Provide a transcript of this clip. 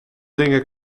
dingen